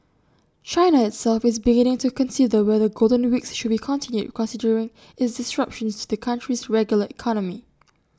China itself is beginning to consider whether golden weeks should be continued considering its disruptions to the country's regular economy